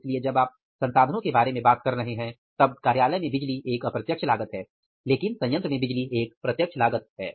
इसलिए जब आप संसाधनों के बारे में बात कर रहे हैं तब कार्यालय में बिजली एक अप्रत्यक्ष लागत है लेकिन संयत्र में बिजली प्रत्यक्ष लागत है